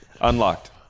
unlocked